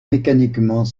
mécaniquement